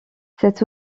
cet